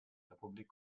republik